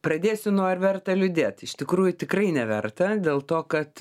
pradėsiu nuo ar verta liūdėt iš tikrųjų tikrai neverta dėl to kad